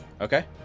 Okay